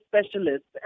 specialists